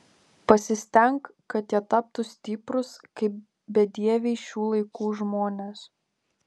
pasistenk kad jie taptų stiprūs kaip bedieviai šių laikų žmonės